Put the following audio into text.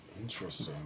Interesting